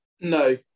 no